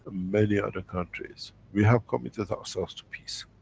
many other countries. we have committed ourselves to peace.